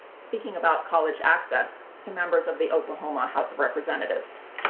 speaking about college access to members of the oklahoma house of representatives.